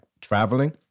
traveling